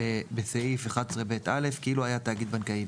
בסעיף 11ב(א) כאילו היה תאגיד בנקאי,